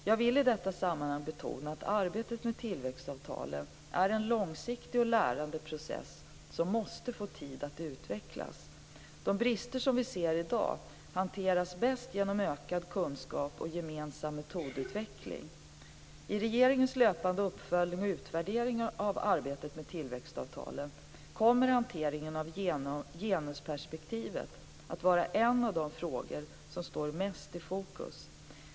Jag vill i detta sammanhang betona att arbetet med tillväxtavtalen är en långsiktig och lärande process som måste få tid att utvecklas. De brister som vi ser i dag hanteras bäst genom ökad kunskap och gemensam metodutveckling. I regeringens löpande uppföljning och utvärdering av arbetet med tillväxtavtalen kommer hanteringen av genusperspektivet att vara en av de frågor som står mest i fokus.